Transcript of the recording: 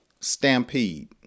Stampede